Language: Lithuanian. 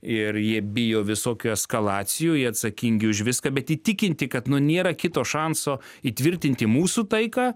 ir jie bijo visokių eskalacijų jie atsakingi už viską bet įtikinti kad nu nėra kito šanso įtvirtinti mūsų taiką